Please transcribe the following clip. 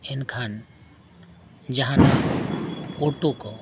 ᱮᱱᱠᱷᱟᱱ ᱡᱟᱦᱟᱱᱟᱜ ᱚᱴᱚ ᱠᱚ